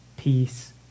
peace